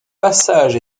passage